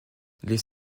les